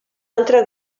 altre